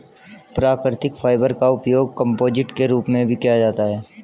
प्राकृतिक फाइबर का उपयोग कंपोजिट के रूप में भी किया जाता है